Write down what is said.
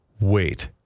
wait